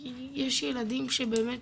כי יש ילדים שבאמת,